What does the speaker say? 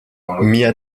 mia